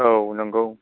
औ नोंगौ